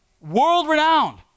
world-renowned